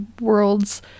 worlds